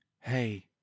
hey